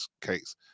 case